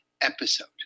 episode